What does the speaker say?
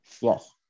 Yes